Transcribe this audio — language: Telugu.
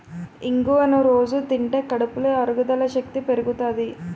ఇంగువను రొజూ తింటే కడుపులో అరుగుదల శక్తి పెరుగుతాది